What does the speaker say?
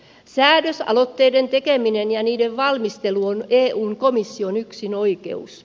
säädösaloitteiden tekeminen ja niiden valmistelu on eun komission yksinoikeus